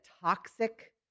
toxic